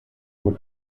wohl